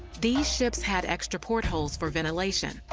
these ships had extra portholes for ventilation,